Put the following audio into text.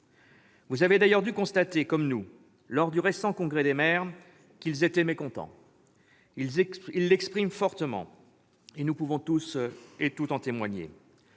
Vous avez d'ailleurs dû constater, comme nous, lors du récent congrès des maires, que ces derniers étaient mécontents. Ils l'expriment fortement, et nous pouvons tous et toutes en témoigner.